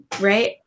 right